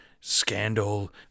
scandal